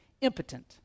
impotent